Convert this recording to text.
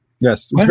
Yes